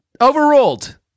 Overruled